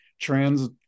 trans